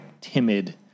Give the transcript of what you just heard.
timid